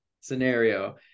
scenario